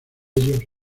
ellos